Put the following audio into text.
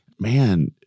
man